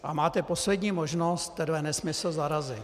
A máte poslední možnost tenhle nesmysl zarazit.